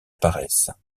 apparaissent